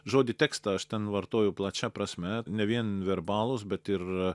žodį tekstą aš ten vartoju plačia prasme ne vien verbalūs bet ir